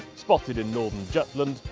spotted in northern jutland,